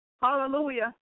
Hallelujah